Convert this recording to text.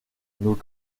nos